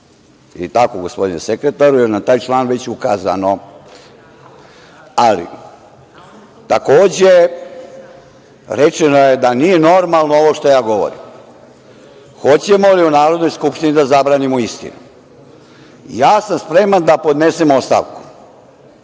tako, gospodine sekretaru, jer je na taj član već ukazano. Takođe, rečeno je da nije normalno ovo što ja govorim. Hoćemo li u Narodnoj skupštini da zabranimo istinu? Ja sam spreman da podnesem ostavku.